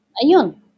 ayun